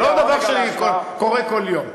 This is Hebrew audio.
זה לא דבר שקורה לי כל יום.